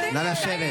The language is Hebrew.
זה לא, שלך.